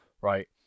right